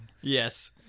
Yes